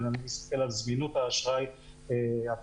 אלא אני מסתכל על זמינות האשראי הפוטנציאלית